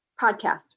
podcast